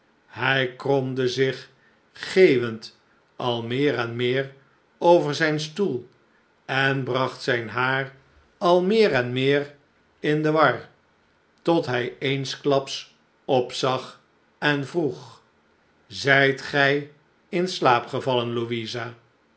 hij kromde zich geeuwende al meer en meer over zijn stoel en bracht zijn haar al meer en meer in de war tot hij eensklaps opzag en woeg zijt gij in slaap gevallen louisa